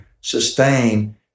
sustain